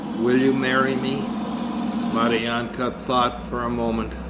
will you marry me maryanka thought for a moment.